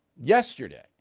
yesterday